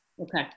Okay